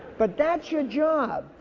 but, that's your job.